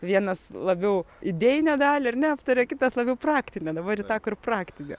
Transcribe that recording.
vienas labiau idėjinę dalį ar ne neaptarė kitas labiau praktinę dabar į tą kur praktinė